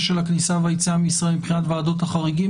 של הכניסה והיציאה מישראל מבחינת ועדות החריגים.